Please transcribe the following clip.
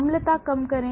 अम्लता कम करें